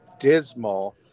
dismal